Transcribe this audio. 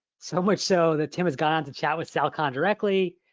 so much so that tim has gone on to chat with sal khan directly,